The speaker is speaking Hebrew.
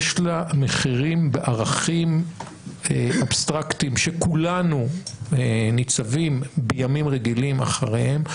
יש לה מחירים בערכים אבסטרקטיים שכולנו ניצבים בימים רגילים אחריהם.